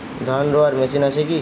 ধান রোয়ার মেশিন আছে কি?